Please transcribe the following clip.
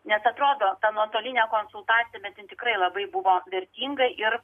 nes atrodo ta nuotolinė konsultacija bet jin tikrai labai buvo vertinga ir